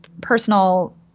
personal